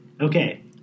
Okay